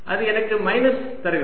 அது எனக்கு மைனஸ் தருகிறது